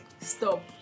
Stop